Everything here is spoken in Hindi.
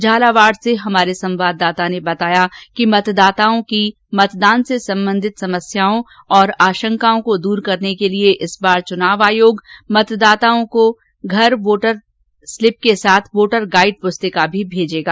झालावाड से हमारे संवाददाता ने बताया कि मतदाताओं की मतदान से संबधित समस्याओं और आशंकाओं को दूर करने के लिये इस बार चुनाव आयोग मतदाताओं के घर वोटर स्लिप के साथ वोटर गाईड प्रस्तिका भी भेजेगा